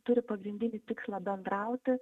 turi pagrindinį tikslą bendrauti